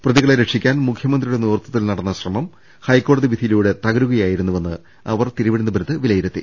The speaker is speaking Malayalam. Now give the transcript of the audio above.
പ്രതി കളെ രക്ഷിക്കാൻ മുഖ്യമന്ത്രിയുടെ നേതൃത്വത്തിൽ നടന്ന ശ്രമം ഹൈക്കോടതി വിധിയിലൂടെ തകരുകയായിരുന്നു വെന്ന് അവർ തിരുവനന്തപുരത്ത് വിലയിരുത്തി